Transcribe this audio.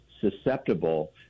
susceptible